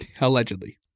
Allegedly